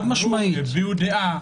הם הביעו דעה?